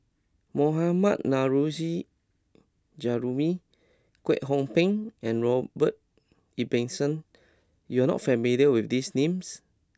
Mohammad Nurrasyid Juraimi Kwek Hong Png and Robert Ibbetson you are not familiar with these names